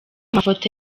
mafoto